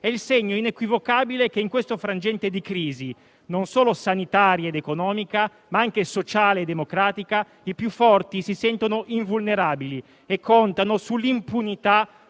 è il segno inequivocabile che in questo frangente di crisi, non solo sanitaria ed economica, ma anche sociale e democratica, i più forti si sentono invulnerabili e contano sull'impunità